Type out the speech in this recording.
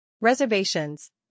Reservations